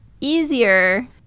easier